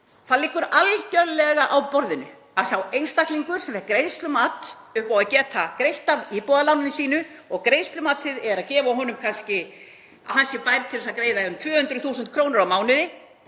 Það liggur algjörlega á borðinu að sá einstaklingur sem fær greiðslumat upp á að geta greitt af íbúðaláninu sínu og greiðslumatið er kannski að gefa honum það að hann sé bær til þess að greiða um 200.000 kr. á mánuði,